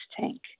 tank